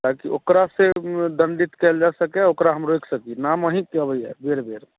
ताकि ओकरा फेर दण्डित कएल जा सकैत ओकरा हम रोकि सकिए नाम अहीँके अबैए बेर बेर